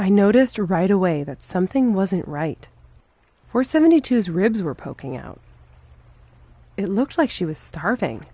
i noticed right away that something wasn't right for seventy two his ribs were poking out it looks like she was starving